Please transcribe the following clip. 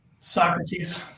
Socrates